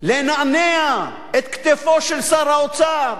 לנענע את כתפו של שר האוצר,